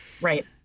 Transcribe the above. Right